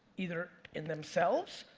either in themselves.